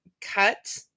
cut